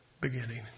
beginning